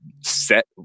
set